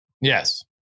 Yes